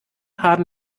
haben